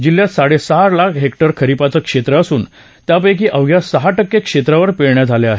जिल्ह्यात साडे सहा लाख हेकटर खरिपाचे क्षेत्र असून त्यापैकी अवघ्या सहा टक्के क्षेत्रावर पेरण्या झाल्या आहेत